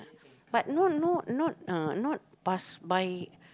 but no no not uh not pass by